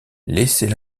laissez